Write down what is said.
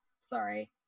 sorry